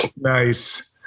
Nice